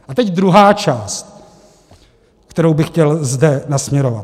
A teď druhá část, kterou bych chtěl zde nasměrovat.